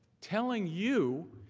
telling you,